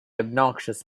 obnoxious